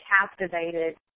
captivated